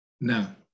No